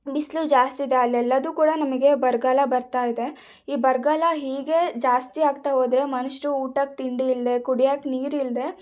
ಬಿಸಿಲು ಜಾಸ್ತಿ ಇದೆ ಅಲ್ಲೆಲ್ಲಾದೂ ಕೂಡ ನಮಗೆ ಬರಗಾಲ ಬರ್ತಾ ಇದೆ ಈ ಬರಗಾಲ ಹೀಗೇ ಜಾಸ್ತಿ ಆಗ್ತಾ ಹೋದರೆ ಮನುಷ್ಯರು ಊಟಕ್ಕೆ ತಿಂಡಿ ಇಲ್ಲದೆ ಕುಡಿಯಕ್ಕೆ ನೀರು ಇಲ್ಲದೆ